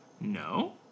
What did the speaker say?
No